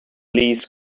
least